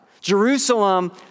Jerusalem